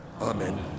Amen